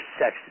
sex